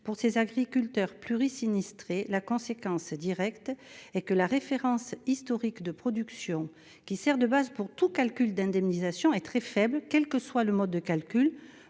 Pour ces agriculteurs pluri-sinistrés, la conséquence directe est que la référence historique de production, qui sert de base à tout calcul d'indemnisation, est très faible sur les cinq dernières